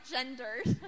gendered